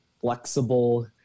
flexible